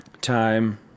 time